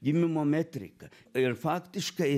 gimimo metriką ir faktiškai